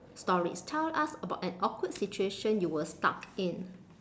stories tell us about an awkward situation you were stuck in